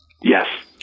Yes